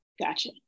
Gotcha